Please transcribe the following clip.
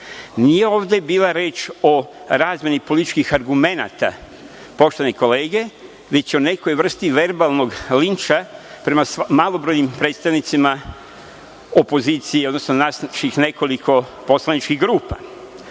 Nije ovde bila reč o razmeni političkih argumenata, poštovane kolege, već o nekoj vrsti verbalnog linča prema malobrojnim predstavnicima opozicije, odnosno nekoliko poslaničkih